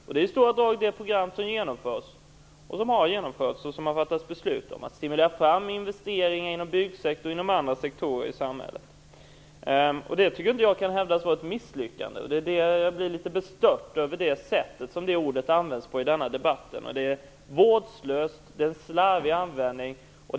Det är i stora drag det program som genomförs och som har genomförts och som har fattats beslut om, nämligen att stimulera fram investeringar inom byggsektorn och inom andra sektorer i samhället. Det tycker inte jag kan hävdas vara ett misslyckande, och jag blir litet bestört över det sätt på vilket detta ord används i denna debatt. Det är en vårdslös och slarvig användning av ordet.